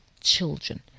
children